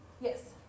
yes